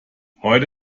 heute